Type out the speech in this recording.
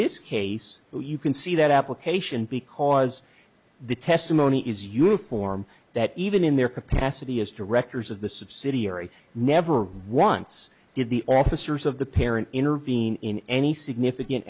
this case you can see that application because the testimony is uniform that even in their capacity as directors of the subsidiary never once did the officers of the parent intervene in any significant